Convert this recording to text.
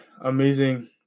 amazing